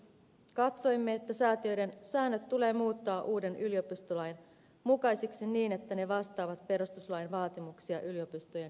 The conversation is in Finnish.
katsoimme että säätiöiden säännöt tulee muuttaa uuden yliopistolain mukaisiksi niin että ne vastaavat perustuslain vaatimuksia yliopistojen itsehallinnosta